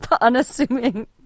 unassuming